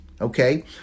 okay